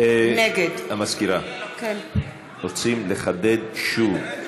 נגד המזכירה, חברי הכנסת רוצים לחדד שוב.